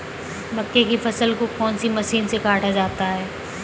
मक्के की फसल को कौन सी मशीन से काटा जाता है?